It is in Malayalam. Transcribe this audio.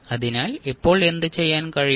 അതിനാൽ ഇപ്പോൾ എന്തുചെയ്യാൻ കഴിയും